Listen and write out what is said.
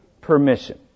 permission